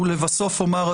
ולבסוף אומר,